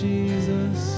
Jesus